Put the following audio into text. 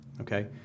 okay